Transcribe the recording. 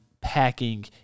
packing